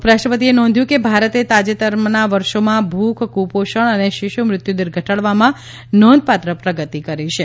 ઉપરાષ્ટ્રપતિએ નોંધ્યું કે ભારતે તાજેતરના વર્ષોમાં ભૂખ કુપોષણ અને શિશુ મૃત્યુદર ઘટાડવામાં નોંધપાત્ર પ્રગતિ કરી છે